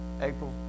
April